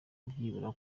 byibura